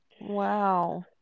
Wow